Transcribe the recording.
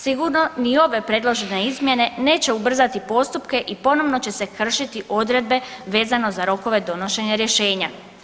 Sigurno ni ove predložene izmjene neće ubrzati postupke i ponovno će se kršiti odredbe vezano za rokove donošenja rješenja.